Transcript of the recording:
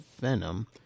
Venom